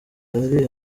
ari